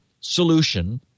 solution